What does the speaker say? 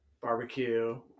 barbecue